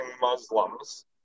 Muslims